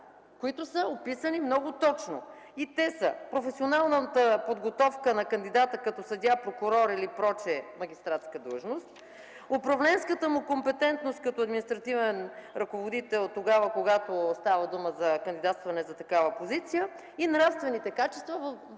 които са описани много точно и те са: професионалната подготовка на кандидата като съдия, прокурор или пр. магистратска длъжност, управленската му компетентност като административен ръководител тогава, когато става дума за кандидатстване за такава позиция, и нравствените качества въз